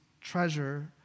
treasure